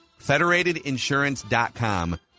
Federatedinsurance.com